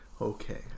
Okay